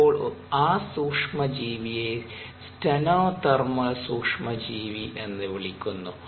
അപ്പോൾ ആ സൂക്ഷ്മ ജീവിയെ സ്റ്റെനോതേർമൽ സൂക്ഷ്മ ജീവി എന്നു വിളിക്കുന്നു